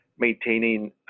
Maintaining